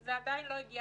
זה עדיין לא הגיע